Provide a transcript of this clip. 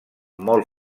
molt